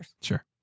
Sure